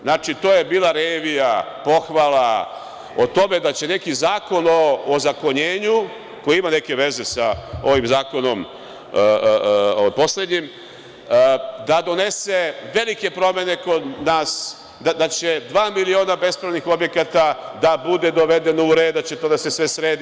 Znači, to je bila revija pohvala o tome da će neki Zakon o ozakonjenju, koji ima neke veze sa ovim poslednjim zakonom, da donese velike promene kod nas, da će dva miliona bespravnih objekata biti dovedeno u red, da će to sve da se sredi.